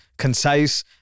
concise